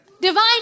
Divine